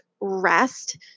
rest